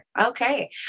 Okay